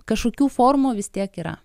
kažkokių formų vis tiek yra